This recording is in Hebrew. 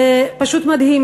זה פשוט מדהים.